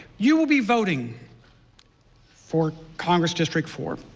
you will be voting for congress district four.